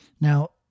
Now